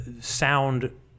sound